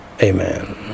Amen